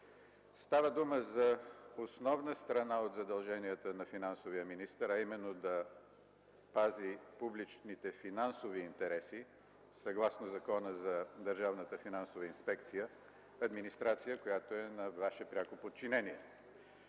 Става дума за основна страна от задълженията на финансовия министър, а именно да пази публичните финансови интереси, съгласно Закона за държавната финансова инспекция – администрация, която е на Ваше пряко подчинение.